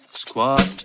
squad